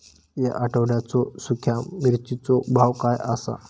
या आठवड्याचो सुख्या मिर्चीचो भाव काय आसा?